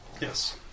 Yes